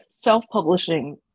Self-publishing